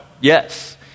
yes